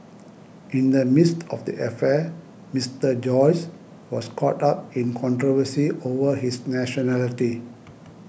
in the midst of the affair Mister Joyce was caught up in controversy over his nationality